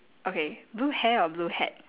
okay blue hair or blue hat